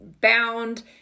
bound